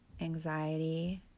anxiety